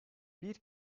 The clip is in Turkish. bir